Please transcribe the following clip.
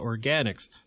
Organics